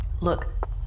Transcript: Look